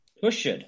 pushed